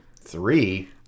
Three